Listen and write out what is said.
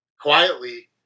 quietly